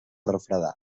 refredar